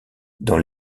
dans